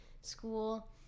school